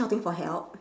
shouting for help